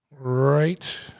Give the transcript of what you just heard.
right